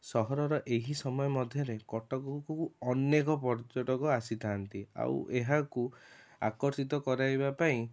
ସହରର ଏହି ସମୟ ମଧ୍ୟରେ କଟକକୁ ଅନେକ ପର୍ଯ୍ୟଟକ ଆସିଥାନ୍ତି ଆଉ ଏହାକୁ ଆକର୍ଷିତ କରାଇବା ପାଇଁ